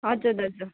हजुर हजुर